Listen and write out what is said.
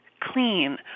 clean